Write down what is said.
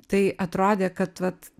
tai atrodė kad vat